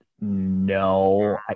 No